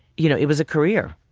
you know it was a career.